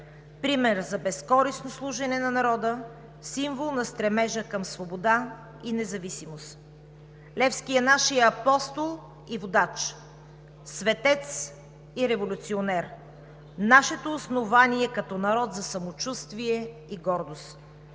пример за безкористно служене на народа, символ на стремежа към свобода и независимост. Левски е нашият апостол и водач, светец и революционер, нашето основание като народ за самочувствие и гордост.